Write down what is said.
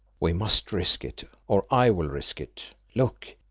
we must risk it, or i will risk it. look,